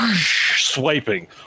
swiping